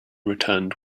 returned